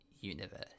Universe